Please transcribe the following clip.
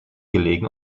gelegen